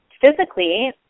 physically